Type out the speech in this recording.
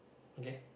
okay